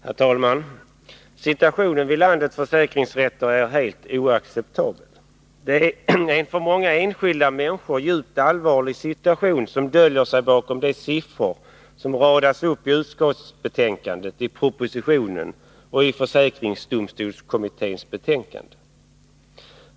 Herr talman! Situationen vid landets försäkringsrätter är helt oacceptabel. Det är en för många enskilda människor djupt allvarlig situation som döljer sig bakom de siffror som radas upp i utskottsbetänkandet, i propositionen och i försäkringsdomstolskommitténs betänkande.